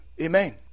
Amen